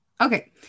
Okay